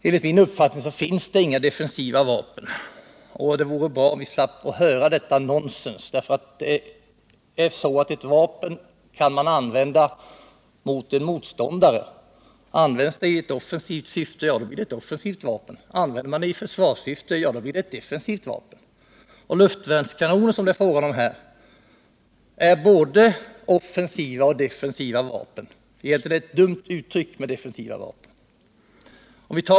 Enligt min uppfattning finns inga defensiva vapen, och det vore bra om vi slapp höra detta nonsens. Ett vapen kan man använda mot en motståndare. Används det i ett offensivt syfte blir det ett offensivt vapen, men används det i försvarssyfte blir det defensivt. Luftvärnskanoner som det här är fråga om är både offensiva och defensiva vapen. Uttrycket defensiva vapen är dumt.